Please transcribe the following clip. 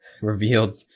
revealed